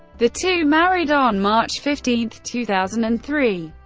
the two married on march fifteen, two thousand and three,